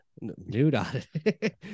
Nude